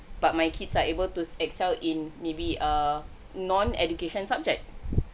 but my kids are able to excel in maybe a non education subject